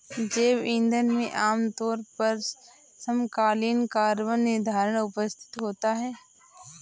जैव ईंधन में आमतौर पर समकालीन कार्बन निर्धारण उपस्थित होता है